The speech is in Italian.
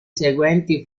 seguenti